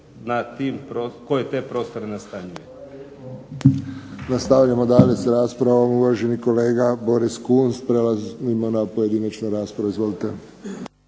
koje te prostore nastanjuje.